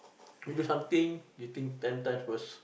do something you think ten times first